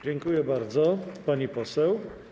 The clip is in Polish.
Dziękuję bardzo, pani poseł.